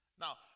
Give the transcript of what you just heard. Now